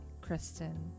Kristen